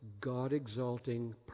God-exalting